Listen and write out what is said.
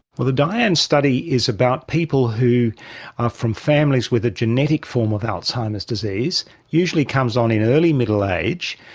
well, the dian study is about people who are from families with a genetic form of alzheimer's disease. it usually comes on in early middle age,